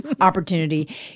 opportunity